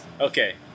Okay